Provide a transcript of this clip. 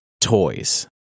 toys